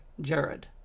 jared